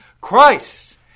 Christ